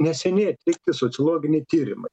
neseniai atlikti sociologiniai tyrimai